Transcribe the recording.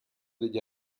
degli